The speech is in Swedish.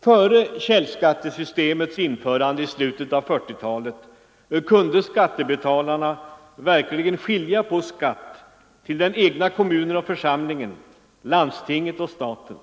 Före källskattesystemets införande i slutet av 1940-talet kunde skattebetalarna verkligen skilja på skatt till den egna kommunen och församlingen, landstinget och staten.